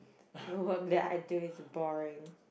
the work that I do is boring